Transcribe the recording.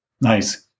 Nice